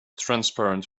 transparent